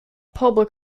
public